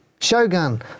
Shogun